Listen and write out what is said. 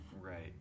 right